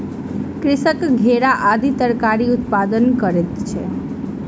कृषक घेरा आदि तरकारीक उत्पादन करैत अछि